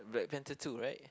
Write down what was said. Blank Panther two right